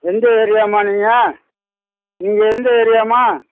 எந்த ஏரியாம்மா நீங்கள் நீங்கள் எந்த ஏரியாம்மா